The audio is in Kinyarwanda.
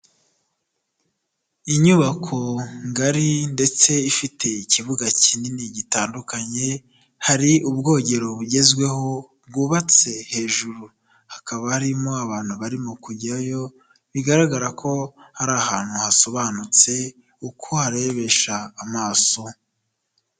Inyubako ngari ndetse ifite ikibuga kinini gitandukanye hari ubwogero bugezweho bwubatse hejuru, hakaba harimo abantu barimo kujyayo bigaragara ko hari ahantu hasobanutse uko uharebesha amaso.